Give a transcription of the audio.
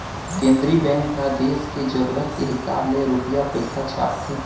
केंद्रीय बेंक ह देस के जरूरत के हिसाब ले रूपिया पइसा छापथे